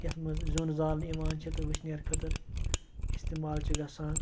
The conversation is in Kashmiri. یَتھ منٛز زیُن زالنہٕ یِوان چھِ تہٕ وُشنیر خٲطرٕ اِستعمال چھِ گَژھان